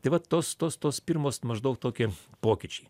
tai vat tos tos tos pirmos maždaug toki pokyčiai